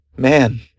Man